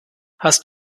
hast